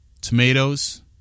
tomatoes